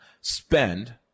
spend